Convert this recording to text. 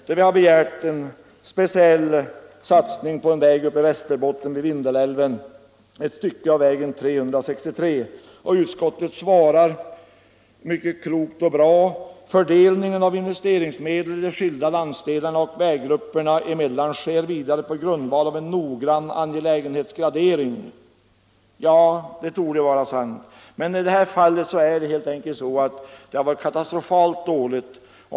Där har vi begärt en speciell satsning på ett stycke av väg 363 vid Vindelälven. Utskottet svarar klokt och bra att fördelningen av investeringsmedel i de skilda landsdelarna och väggrupperna emellan sker på grundval av en noggrann 113 angelägenhetsgradering. Ja, det torde vara sant. I det aktuella fallet är vägen rent katastrofalt dålig.